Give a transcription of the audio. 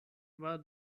war